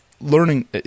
learning